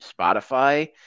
Spotify